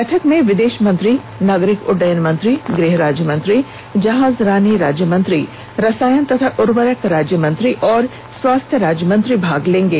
बैठक में विदेश मंत्री नागरिक उड्डयन मंत्री गृह राज्य मंत्री जहाजरानी राज्य मंत्री रसायन तथा उर्वरक राज्य मंत्री और स्वास्थ्य राज्य मंत्री भाग लेंगे